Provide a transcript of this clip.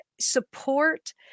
support